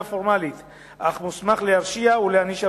פורמלית אך מוסמך להרשיע ולהעניש עבריינים.